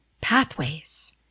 pathways